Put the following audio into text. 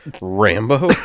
Rambo